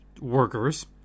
workers